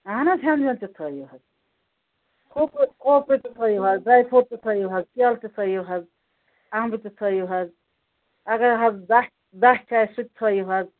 اہن حظ ہٮ۪نٛد وٮ۪نٛد تہِ تھٲیِو حظ کھوٗپُر کھوٗپرٕ تہِ تھٲیِو حظ ڈرٛاے فرٛوٗٹ تہِ تھٲیِو حظ کیلہٕ تہِ تھٲیِو حظ اَمبہٕ تہِ تھٲیِو حظ اگر حظ دَچھ دَچھ آسہِ سُہ تہِ تھٲیِو حظ